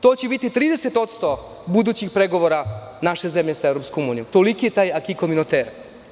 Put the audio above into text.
To će biti 30% budućih pregovora naše zemlje sa EU, toliki je taj „akiko minotera“